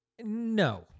No